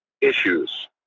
issues